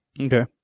okay